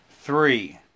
Three